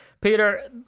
Peter